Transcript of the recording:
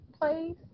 place